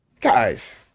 Guys